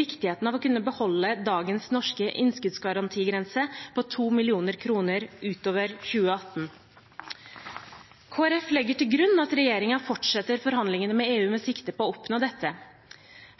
viktigheten av å kunne beholde dagens norske innskuddsgarantigrense på 2 mill. kr ut over 2018. Kristelig Folkeparti legger til grunn at regjeringen fortsetter forhandlingene med EU med sikte på å oppnå dette.